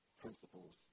principles